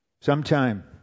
Sometime